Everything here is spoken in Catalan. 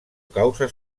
causa